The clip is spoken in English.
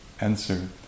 answer